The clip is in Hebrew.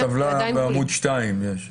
בטבלה בעמוד 2 יש.